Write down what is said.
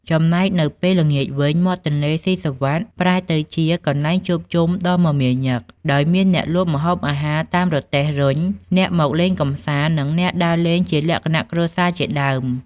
ចំណែកនៅពេលល្ងាចវិញ មាត់ទន្លេសុីសុវត្ថិប្រែទៅជាកន្លែងជួបជុំដ៏មមាញឹក ដោយមានអ្នកលក់ម្ហូបអាហារតាមរទេះរុញ អ្នកមកលេងកម្សាន្ត និងអ្នកដើរលេងជាលក្ខណៈគ្រួសារជាដើម។